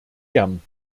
gern